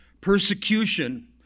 persecution